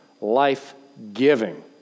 life-giving